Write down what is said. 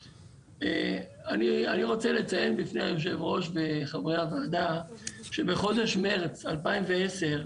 אני רוצה לציין בפני היושב ראש וחברי הוועדה שבחודש מרץ 2010,